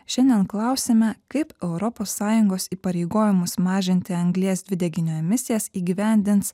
šiandien klausiame kaip europos sąjungos įpareigojimus mažinti anglies dvideginio emisijas įgyvendins